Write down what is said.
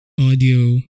audio